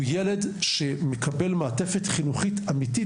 הוא ילד שמקבל מעטפת חינוכית אמיתית,